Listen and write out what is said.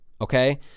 okay